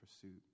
pursuit